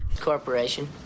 Corporation